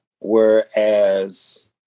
Whereas